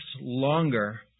longer